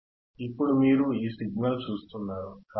ఇప్పుడు మీరు ఈ సిగ్నల్ చూస్తున్నారు